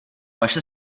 vaše